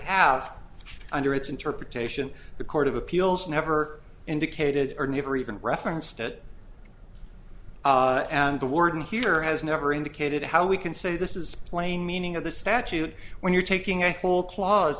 have under its interpretation the court of appeals never indicated or never even referenced it and the warden here has never indicated how we can say this is plain meaning of the statute when you're taking a